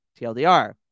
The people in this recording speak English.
TLDR